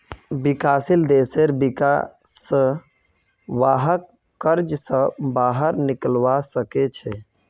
विकासशील देशेर विका स वहाक कर्ज स बाहर निकलवा सके छे